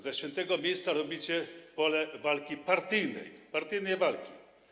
Ze świętego miejsca robicie pole walki partyjnej, partyjnej walki.